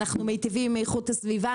אנחנו מיטיבים עם איכות הסביבה,